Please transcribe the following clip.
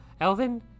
Elvin